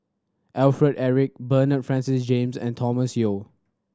Alfred Eric Bernard Francis James and Thomas Yeo